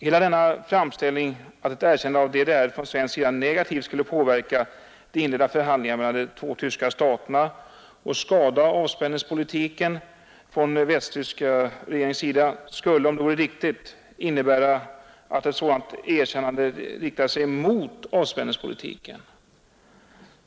Hela denna framställning att ett erkännande av DDR från svensk sida negativt skulle påverka de inledda förhandlingarna mellan de båda tyska staterna och skada avspänningspolitiken från den västtyska regeringens sida, skulle — om den vore riktig — innebära att ett sådant erkännande riktar sig mot avspänningspolitiken.